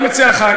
אני מציע לך,